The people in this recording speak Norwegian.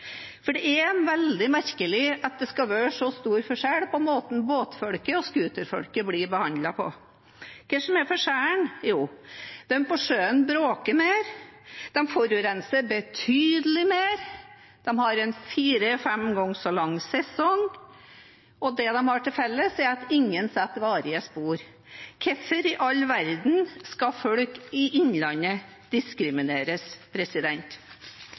For det er veldig merkelig at det skal være så stor forskjell på måten båtfolket og scooterfolket blir behandlet på. Hva er det som er forskjellen? Jo, de på sjøen bråker mer, de forurenser betydelig mer, de har fire–fem ganger så lang sesong, og det de har til felles, er at ingen setter varige spor. Hvorfor i all verden skal folk i innlandet diskrimineres?